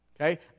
Okay